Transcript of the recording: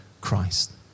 Christ